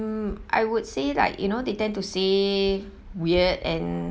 mm I would say like you know they tend to say weird and